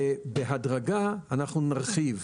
בהדרגה נרחיב,